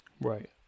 Right